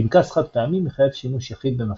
פנקס חד-פעמי מחייב שימוש יחיד במפתח.